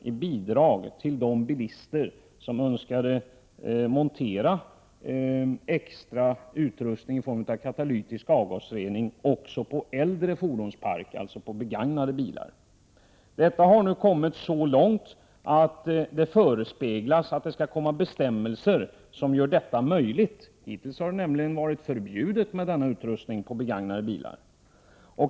i bidrag till de bilister som önskade montera extra utrustning i form av katalytisk avgasrening också på äldre fordon, alltså på begagnade bilar. Nu har man kommit så långt i det arbetet att man förespeglar bestämmelser som gör detta möjligt. Hittills har det ju varit förbjudet att montera sådan här utrustning på begagnade bilar.